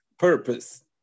Purpose